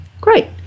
great